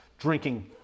Drinking